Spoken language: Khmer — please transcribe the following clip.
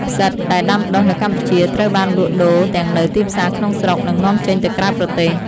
ផ្សិត ដែលដាំដុះនៅកម្ពុជាត្រូវបានលក់ដូរទាំងនៅទីផ្សារក្នុងស្រុក និងនាំចេញទៅក្រៅប្រទេស។